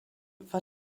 war